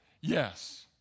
yes